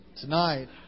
tonight